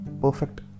perfect